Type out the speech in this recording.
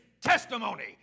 testimony